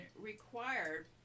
required